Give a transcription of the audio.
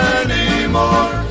anymore